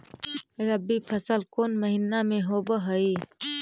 रबी फसल कोन महिना में होब हई?